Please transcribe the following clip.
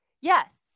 yes